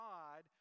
God